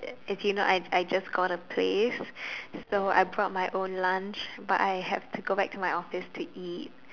as you know I I just got a place so I brought my own lunch but I have to go back to my office to eat